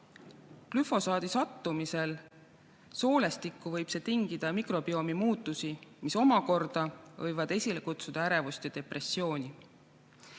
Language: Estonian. – sattumisel soolestikku võib see tingida mikrobioomi muutusi, mis omakorda võib esile kutsuda ärevust ja depressiooni.